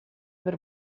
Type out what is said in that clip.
per